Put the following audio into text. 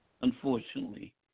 unfortunately